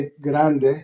Grande